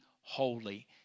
holy